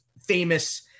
famous